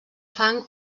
fang